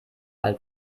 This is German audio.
all